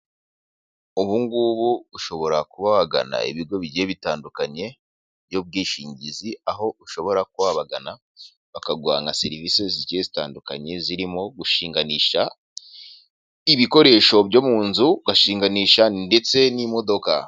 Ubungubu ushobora kuba wagana ibigo bigiye bitandukanye by'ubwishingizi, aho ushobora kuba wabagana bakaguha nka serivise zigiye zitandukanye, zirimo gushinganisha ibikoresho byo mu nzu, ugashinganisha ndetse n'imodoka.